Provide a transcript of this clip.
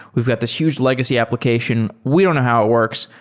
we've got this huge legacy application. we don't know how it works.